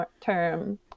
term